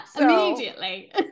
immediately